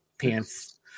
Pants